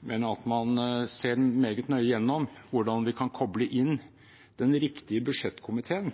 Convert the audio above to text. men at man ser meget nøye gjennom hvordan vi kan koble inn den riktige budsjettkomiteen